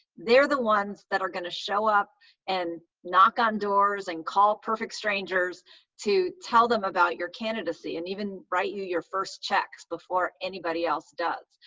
they're the ones that are going to show up and knock on doors and call perfect strangers to tell them about your candidacy and even write you your first checks before anybody else does.